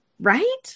Right